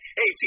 hey